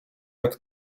jak